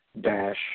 dash